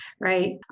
Right